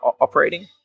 operating